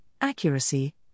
accuracy